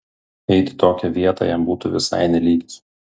eit į tokią vietą jam būtų visai ne lygis